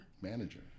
Manager